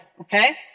Okay